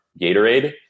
Gatorade